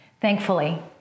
thankfully